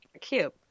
cube